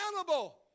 accountable